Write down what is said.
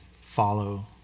Follow